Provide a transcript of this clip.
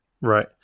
Right